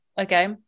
Okay